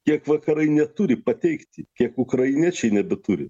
kiek vakarai neturi pateikti kiek ukrainiečiai nebeturi